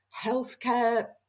healthcare